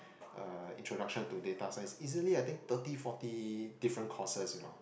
uh introduction to data science easily I think thirty forty different courses you know